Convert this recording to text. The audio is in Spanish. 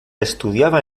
estudiaba